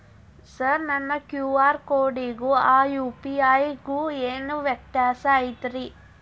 Sir ನನ್ನ QR ಕೊಡಿಗೂ ಆ ಯು.ಪಿ.ಐ ಗೂ ಏನ್ ವ್ಯತ್ಯಾಸ ಐತ್ರಿ?